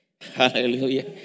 Hallelujah